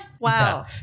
Wow